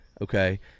okay